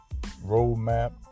Roadmap